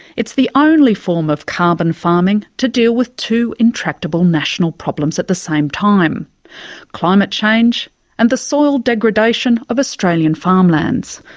it's the only form of carbon farming to deal with two intractable national problems at the same time climate change and the soil degradation of australian farmlands.